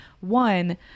one